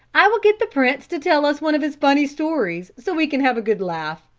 i will get the prince to tell us one of his funny stories so we can have a good laugh.